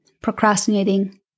procrastinating